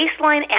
baseline